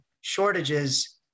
shortages